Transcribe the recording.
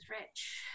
rich